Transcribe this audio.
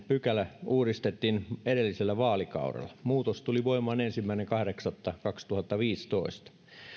pykälä uudistettiin edellisellä vaalikaudella muutos tuli voimaan ensimmäinen kahdeksatta kaksituhattaviisitoista